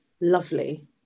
lovely